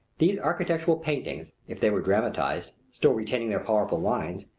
these architectural paintings if they were dramatized, still retaining their powerful lines,